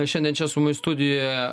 šiandien čia su mumis studijoje